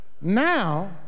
now